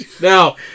Now